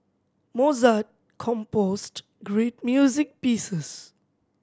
Mozart composed great music pieces